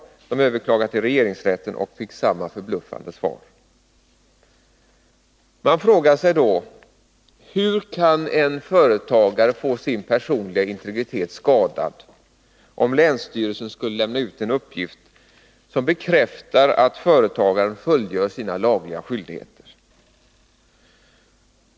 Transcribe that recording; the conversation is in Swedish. De överklagade till regeringsrätten och fick även där samma förbluffande svar. Man frågar sig: Hur kan en företagare få sin personliga integritet skadad, om länsstyrelsen skulle lämna ut en uppgift som bekräftar att företagaren fullgör sina lagliga skyldigheter?